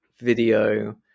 video